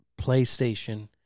PlayStation